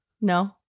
No